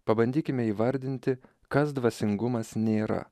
pabandykime įvardinti kas dvasingumas nėra